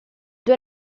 due